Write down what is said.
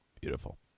Beautiful